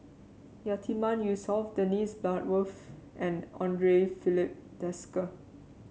Yatiman Yusof Dennis Bloodworth and Andre Filipe Desker